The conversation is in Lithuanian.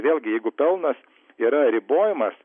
vėlgi jeigu pelnas yra ribojamas